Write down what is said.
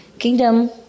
Kingdom